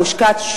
המושקעת,